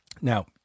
Now